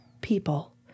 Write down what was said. people